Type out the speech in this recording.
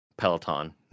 peloton